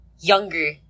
younger